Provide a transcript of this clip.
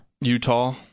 Utah